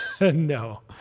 no